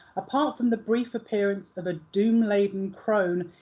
apart from the brief appearance of a doom-laden crone,